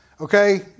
Okay